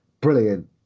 Brilliant